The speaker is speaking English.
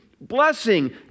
blessing